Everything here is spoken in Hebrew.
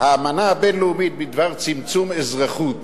האמנה הבין-לאומית בדבר צמצום אזרחות